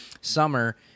summer